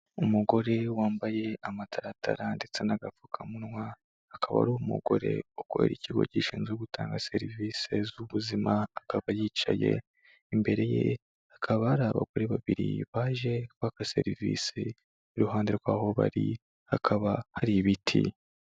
Umugore wambaye amataratara ndetse n'agapfukamunwa, akaba ari umugore ukorera ikigo gishinzwe gutanga serivisi z'ubuzima, akaba yicaye, imbere ye hakaba hari abagore babiri baje kwaka serivisi, iruhande rw'aho bari hakaba hari ibiti.